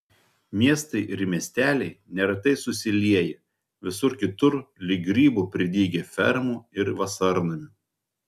miestai ir miesteliai neretai susilieję visur kitur lyg grybų pridygę fermų ir vasarnamių